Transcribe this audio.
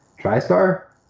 TriStar